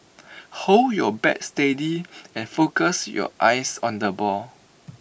hold your bat steady and focus your eyes on the ball